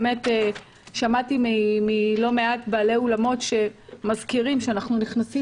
שמעתי מלא מעט בעלי אולמות שאנחנו נכנסים